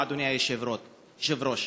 אדוני היושב-ראש,